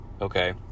okay